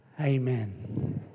Amen